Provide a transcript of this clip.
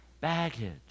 baggage